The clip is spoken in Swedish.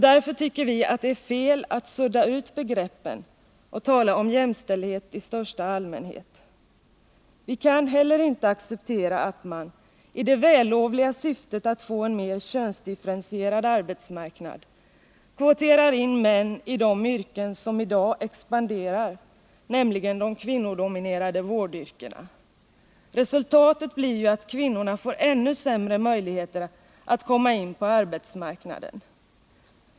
Därför tycker vi att det är fel att sudda ut begreppen och tala om jämställdhet i största allmänhet. Vi kan heller inte acceptera att man — i det vällovliga syftet att få en mera könsdifferentierad arbetsmarknad — kvoterar in män i de yrken som i dag expanderar, nämligen de kvinnodominerade vårdyrkena. Resultatet blir ju att kvinnorna får ännu sämre möjligheter att komma in på arbetsmarknaden.